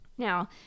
Now